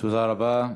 תודה רבה.